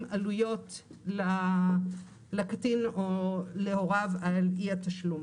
עלויות לקטין או להוריו על אי התשלום.